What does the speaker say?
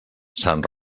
sant